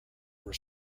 were